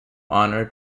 honored